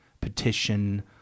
petition